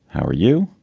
how are you?